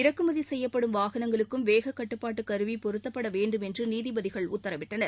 இறக்குமதி செய்யப்படும் வாகனங்களுக்கும் வேகக்கட்டுப்பாட்டு கருவி பொருத்தப்பட வேண்டும் என்று நீதிபதிகள் உத்தரவிட்டனர்